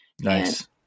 Nice